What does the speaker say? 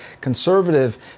conservative